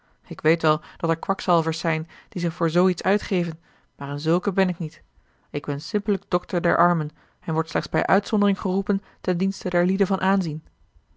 ik weet wel dat er kwakzalvers zijn die zich voor zoo iets uitgeven maar een zulke ben ik niet ik ben simpellijk dokter der armen en word slechts bij uitzondering geroepen ten dienste der lieden van aanzien